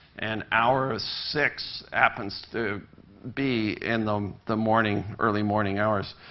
and hour of six happens to be in the the morning early morning hours.